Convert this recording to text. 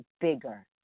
bigger